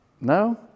No